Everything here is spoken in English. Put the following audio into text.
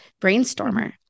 brainstormer